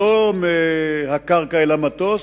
לא רק מהקרקע אל המטוס,